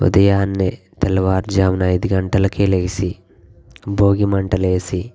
ఉదయాన్నే తెల్లవారుజామున ఐదు గంటలకే లేచి భోగిమంటలు వేసి